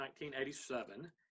1987